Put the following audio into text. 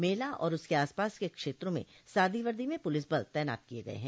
मेला और उसके आसपास के क्षेत्रों में सादी वर्दी में पुलिस बल तैनात किये गये हैं